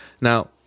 Now